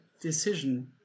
decision